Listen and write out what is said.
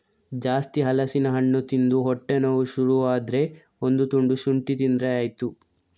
ಜಾಸ್ತಿ ಹಲಸಿನ ಹಣ್ಣು ತಿಂದು ಹೊಟ್ಟೆ ನೋವು ಶುರು ಆದ್ರೆ ಒಂದು ತುಂಡು ಶುಂಠಿ ತಿಂದ್ರೆ ಆಯ್ತು